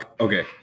Okay